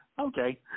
Okay